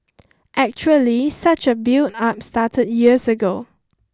actually such a build up started years ago